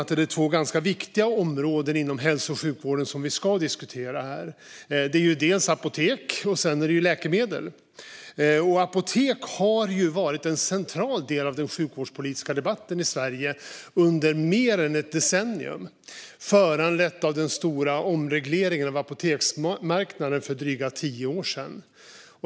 Det är två viktiga områden inom hälso och sjukvården som vi ska diskutera. Det gäller dels apotek, dels läkemedel. Apotek har varit en central del av den sjukvårdspolitiska debatten i Sverige under mer än ett decennium, föranlett av den stora omregleringen av apoteksmarknaden för drygt tio år sedan.